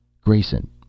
Grayson